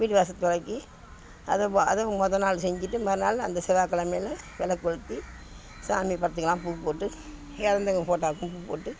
வீடு வாசல் தொடச்சு அதை அதுவும் மொதல் நாள் செஞ்சுட்டு மறுநாள் அந்த செவ்வாக்கெழமையில விளக்கு கொளுத்தி சாமி படத்துக்கெல்லாம் பூ போட்டு இறந்தவங்க ஃபோட்டாவுக்கும் பூ போட்டு